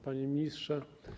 Panie Ministrze!